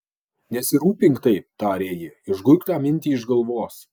nesirūpink taip tarė ji išguik tą mintį iš galvos